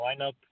lineup